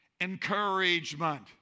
encouragement